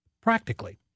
practically